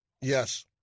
Yes